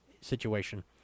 situation